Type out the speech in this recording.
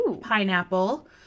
pineapple